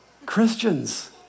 Christians